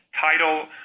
title